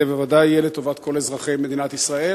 זה בוודאי יהיה לטובת כל אזרחי מדינת ישראל,